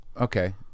Okay